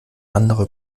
anderer